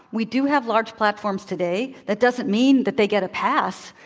we do have large platforms today. that doesn't mean that they get a pass.